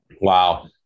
Wow